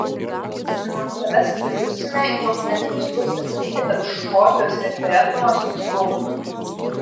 nuo savęs pridursime jog netikslu sakyti kad škotijos referendumas žlugo